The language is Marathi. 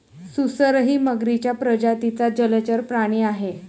सुसरही मगरीच्या प्रजातीचा जलचर प्राणी आहे